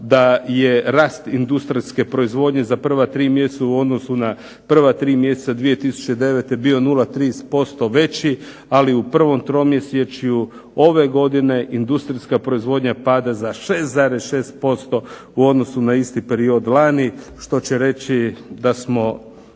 da je rast industrijske proizvodnje za prva tri mjeseca u odnosu na prva tri mjeseca 2009. bio 0,3% veći, ali u prvom tromjesečju ove godine industrijska proizvodnja pada za 6,6% u odnosu na isti period lani što će reći da smo